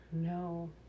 no